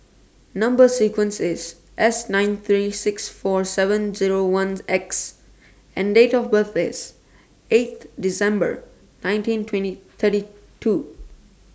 Number sequence IS S nine three six four seven Zero one X and Date of birth IS eighth December nineteen twenty thirty two